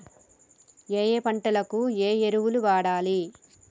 ఏయే పంటకు ఏ ఎరువులు వాడాలి?